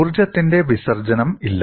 ഊർജ്ജത്തിന്റെ വിസർജ്ജനം ഇല്ല